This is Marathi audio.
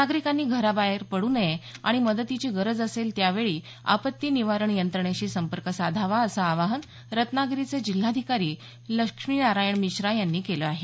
नागरिकांनी घराबाहेर पडू नये आणि मदतीची गरज असेल त्यावेळी आपत्ती निवारण यंत्रणेशी संपर्क साधावा असं आवाहन रत्नागिरीचे जिल्हाधिकारी लक्ष्मीनारायण मिश्रा यांनी केलं आहे